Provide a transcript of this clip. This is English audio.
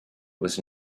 was